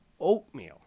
Oatmeal